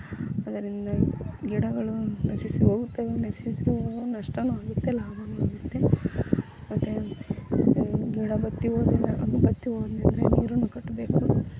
ಅದರಿಂದ ಗಿಡಗಳು ನಶಿಸಿ ಹೋಗುತ್ತವೆ ನಶಿಸಿ ಹೋ ನಷ್ಟವೂ ಆಗುತ್ತೆ ಲಾಭವೂ ಆಗುತ್ತೆ ಮತ್ತು ಗಿಡ ಬತ್ತಿ ಹೋದ ದಿನ ಬತ್ತಿ ಹೋದೆನೆಂದ್ರೆ ನೀರೂ ಕಟ್ಟಬೇಕು